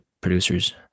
producers